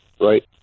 right